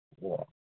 ꯑꯣ